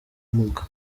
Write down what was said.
bumuga